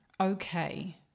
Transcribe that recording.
okay